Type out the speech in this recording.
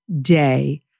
Day